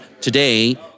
today